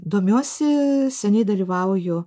domiuosi seniai dalyvauju